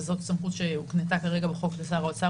וזאת סמכות שהוקנתה כרגע בחוק לשר האוצר